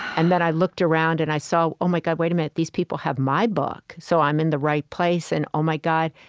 and then i looked around, and i saw, oh, my god, wait a minute. these people have my book. so i'm in the right place, and oh, my god